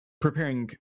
preparing